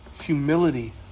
humility